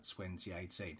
2018